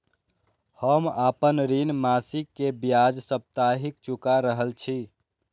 हम आपन ऋण मासिक के ब्याज साप्ताहिक चुका रहल छी